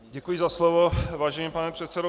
Děkuji za slovo, vážený pane předsedo.